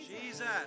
jesus